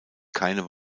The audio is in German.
keine